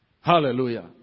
Hallelujah